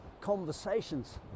conversations